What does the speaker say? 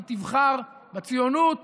היא תבחר בציונות